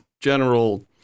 general